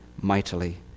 mightily